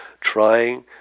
trying